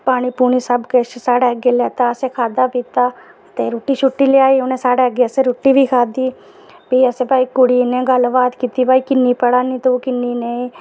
पानी सबकिश साढ़े अग्गें लेई औंदा खाद्धा पीता ते उ'नें रुट्टी बी लेआई ते उस रुट्टी बी खाद्धी ते भी असें भई कुड़ी नै गल्ल बात कीती कि किन्नी पढ़ै नी तू किन्नी नेईं